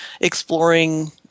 exploring